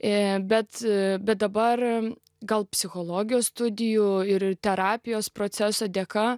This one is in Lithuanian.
ir bet bet dabar gal psichologijos studijų ir terapijos proceso dėka